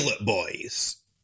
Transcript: boys